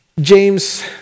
James